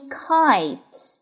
kites